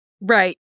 Right